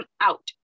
out